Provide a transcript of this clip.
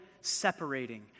separating